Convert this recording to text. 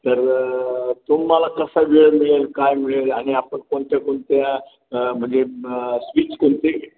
तर तुम्हाला कसा वेळ मिळेल काय मिळेल आणि आपण कोणत्या कोणत्या म्हणजे स्वीच कोणते